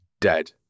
dead